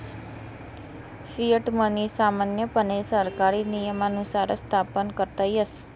fiat money सामान्यपणे सरकारी नियमानुसारच स्थापन करता येस